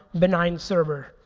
benign server?